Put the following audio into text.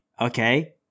okay